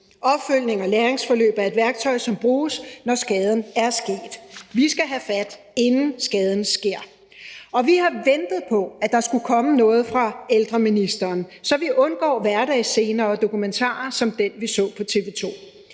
Opfølgning og læringsforløb er et værktøj, som bruges, når skaden er sket – vi skal have fat, inden skaden sker. Og vi har ventet på, at der skulle komme noget fra ældreministeren, så vi undgår hverdagsscener og dokumentarer som den, vi så på TV